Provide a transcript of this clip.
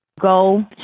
Go